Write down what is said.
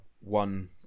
one